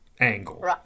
angle